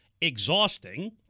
exhausting